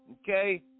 okay